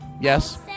Yes